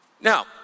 Now